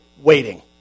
waiting